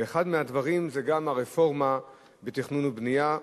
ואחד מהדברים זה גם הרפורמה בתכנון ובנייה.